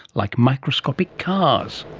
like microscopic cars.